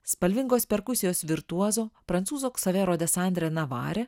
spalvingos perkusijos virtuozo prancūzo ksavero desandre navare